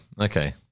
Okay